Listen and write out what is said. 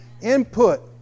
Input